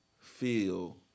feel